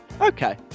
Okay